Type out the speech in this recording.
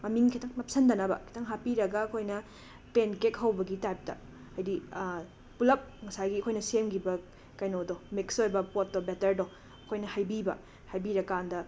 ꯃꯃꯤꯡ ꯈꯤꯇꯪ ꯅꯞꯁꯤꯟꯗꯅꯕ ꯈꯤꯇꯪ ꯍꯥꯞꯄꯤꯔꯒ ꯑꯩꯈꯣꯏꯅ ꯄꯦꯟꯀꯦꯛ ꯍꯧꯕꯒꯤ ꯇꯥꯏꯞꯇ ꯍꯥꯏꯗꯤ ꯄꯨꯜꯂꯞ ꯉꯁꯥꯏꯒꯤ ꯑꯩꯈꯣꯏꯅ ꯁꯦꯝꯒꯤꯕ ꯀꯩꯅꯣꯗꯣ ꯃꯤꯛꯁ ꯑꯣꯏꯕ ꯄꯣꯠꯇꯣ ꯕꯦꯇꯔꯗꯣ ꯑꯩꯈꯣꯏꯅ ꯍꯩꯕꯤꯕ ꯍꯩꯕꯤꯔꯀꯥꯟꯗ